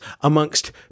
amongst